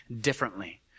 differently